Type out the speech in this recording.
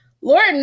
Lord